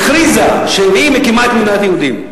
היא הכריזה שהיא מקימה את מדינת היהודים.